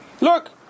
Look